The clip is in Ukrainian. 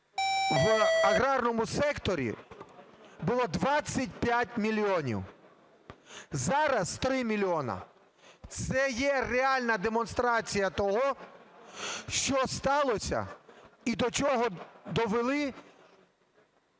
в агарному секторі, було 25 мільйонів, зараз – 3 мільйони. Це є реальна демонстрація того, що сталося і до чого довели